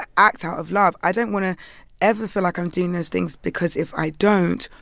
ah act out of love. i don't want to ever feel like i'm doing those things because if i don't,